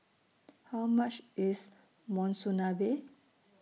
How much IS Monsunabe